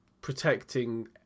protecting